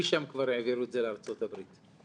משם כבר העבירו את זה לארצות הברית.